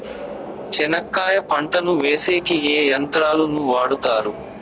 చెనక్కాయ పంటను వేసేకి ఏ యంత్రాలు ను వాడుతారు?